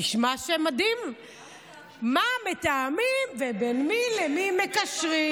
נשמע שמדהים מה שמתאמים ובין מי למי מקשרים.